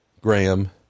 Graham